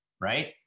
right